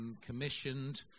commissioned